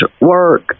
work